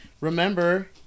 Remember